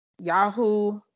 Yahoo